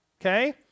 okay